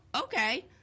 okay